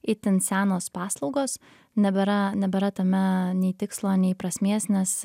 itin senos paslaugos nebėra nebėra tame nei tikslo nei prasmės nes